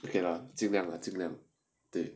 okay 啦尽量 lah 尽量对